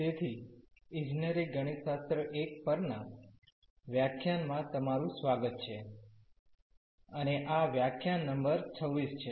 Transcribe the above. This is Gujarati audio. તેથી ઇજનેરી ગણિતશાસ્ત્ર I પરના વ્યાખ્યાનમાં તમારું સ્વાગત છે અને આ વ્યાખ્યાન નંબર 26 છે